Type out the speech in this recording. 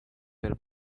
per